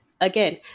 again